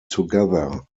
together